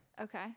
Okay